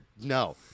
no